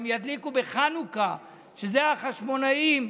ידליקו בחנוכה החשמונאים,